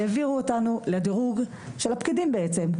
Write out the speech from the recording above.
העבירו אותנו לדירוג של הפקידים בעצם.